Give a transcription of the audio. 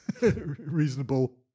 reasonable